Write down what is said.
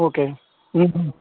okay